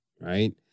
Right